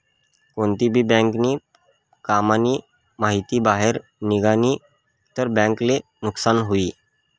कोणती भी बँक नी काम नी माहिती बाहेर निगनी तर बँक ले नुकसान हुई